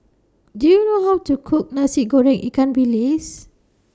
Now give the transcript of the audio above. Do YOU know How to Cook Nasi Goreng Ikan Bilis